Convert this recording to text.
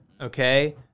Okay